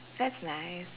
that's nice